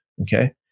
Okay